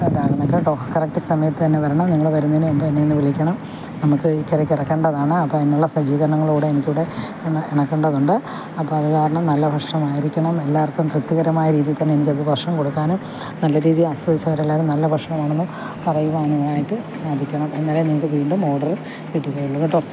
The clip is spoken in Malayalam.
തരണം കേട്ടോ കറക്റ്റ് സമയത്ത് തന്നെ വരണം നിങ്ങള് വരുന്നതിന് മുമ്പ് എന്നെ ഒന്ന് വിളിക്കണം നമുക്ക് ഈ ഇറക്കണ്ടതാണ് അപ്പോൾ അതിനുള്ള സജീകരണങ്ങളും കൂടെ എനിക്കിവിടെ എടുക്കേണ്ടതുണ്ട് അപ്പോൾ അത് കാരണം നല്ല ഭക്ഷണമായിരിക്കണം എല്ലാവർക്കും തൃപ്തികരമായ രീതിയിൽ തന്നെ എനിക്കതിന് ഭക്ഷണം കൊടുക്കാനും നല്ല രീതിയിൽ ആസ്വദിച്ച് അവരെല്ലാവരും നല്ല ഭക്ഷണമാണെന്നും പറയുവാനുമായിട്ട് സാധിക്കണം എന്നാലേ നിങ്ങൾക്ക് വീണ്ടും ഓർഡർ കിട്ടുകയുള്ളൂ കേട്ടോ